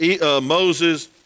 Moses